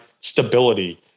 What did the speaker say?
stability